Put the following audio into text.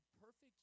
perfect